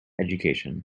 education